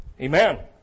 Amen